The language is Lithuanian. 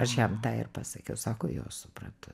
aš jam tą ir pasakiau sako jo suprantu